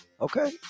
Okay